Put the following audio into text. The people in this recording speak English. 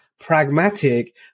pragmatic